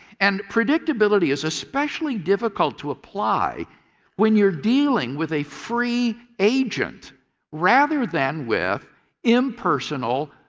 and predictability is especially difficult to apply when you are dealing with a free agent rather than with impersonal,